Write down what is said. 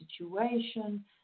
situation